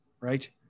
right